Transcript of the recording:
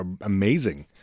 amazing